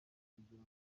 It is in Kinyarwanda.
kugira